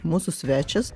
mūsų svečias